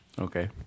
Okay